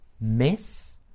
Miss